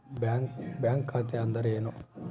Bank ಖಾತೆ ಅಂದರೆ ಏನು?